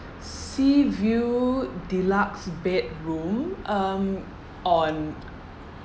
sea view deluxe bedroom um on